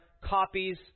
copies